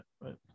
right